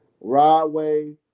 Rodway